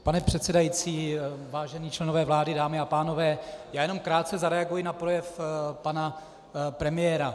Pane předsedající, vážení členové vlády, dámy a pánové, já jenom krátce zareaguji na projev pana premiéra.